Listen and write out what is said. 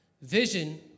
vision